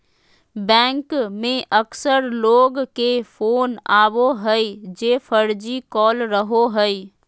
bank से अक्सर लोग के फोन आवो हइ जे फर्जी कॉल रहो हइ